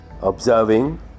observing